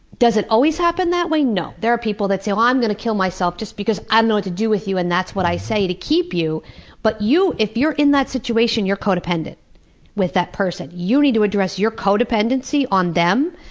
does it always happen that way? no. there are people that say so i'm going to kill myself just because i don't know what to do with you and that's what i say to keep you but if you're in that situation, you're co-dependent with that person. you need to address your co-dependency on them,